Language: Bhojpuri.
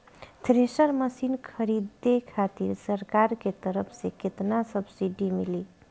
थ्रेसर मशीन खरीदे खातिर सरकार के तरफ से केतना सब्सीडी मिली?